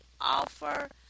offer